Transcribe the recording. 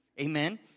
Amen